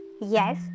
Yes